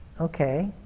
okay